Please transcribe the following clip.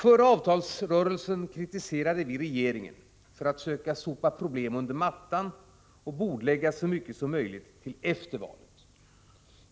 Före avtalsrörelsen kritiserade vi regeringen för att söka sopa problem under mattan och bordlägga så mycket som möjligt till efter valet.